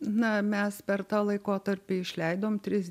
na mes per tą laikotarpį išleidom tris